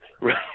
Right